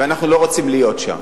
ואנחנו לא רוצים להיות שם.